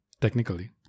Technically